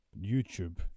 YouTube